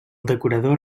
decorador